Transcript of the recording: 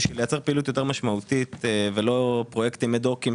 בשביל לייצר פעילות יותר משמעותית ולא פרויקטים אד-הוק של